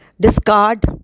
Discard